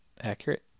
accurate